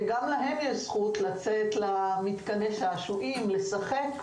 וגם להם יש זכות לצאת למתקני השעשועים ולשחק.